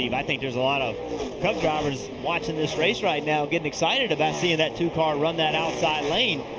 you know i think there's a lot of cup drivers watching this race right now getting excited about seeing that two car run that outside lane.